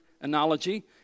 analogy